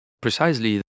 precisely